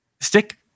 Stick